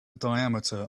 diameter